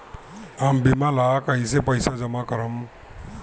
हम बीमा ला कईसे पईसा जमा करम?